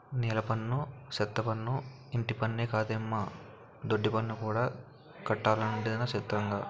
నీలపన్ను, సెత్తపన్ను, ఇంటిపన్నే కాదమ్మో దొడ్డిపన్ను కూడా కట్టాలటొదినా సిత్రంగా